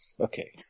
Okay